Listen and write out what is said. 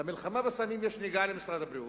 למלחמה בסמים יש נגיעה למשרד הבריאות,